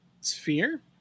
sphere